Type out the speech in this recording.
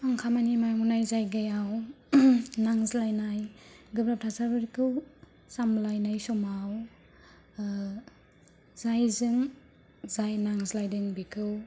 आं खामानि मावनाय जायगायाव नांज्लायनाय गोब्राब थासारिफोरखौ सामब्लायनाय समाव जायजों जाय नांज्लायदों बेखौ